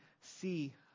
see